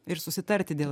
ir susitarti dėl